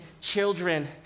children